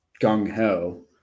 gung-ho